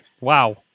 Wow